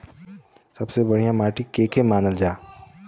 सबसे बढ़िया माटी के के मानल जा?